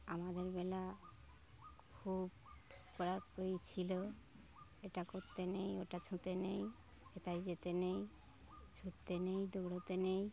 আমাদের বেলা খুব কড়াকড়ি ছিল এটা করতে নেই ওটা ছুঁতে নেই এথায় যেতে নেই ছুটতে নেই দৌড়োতে নেই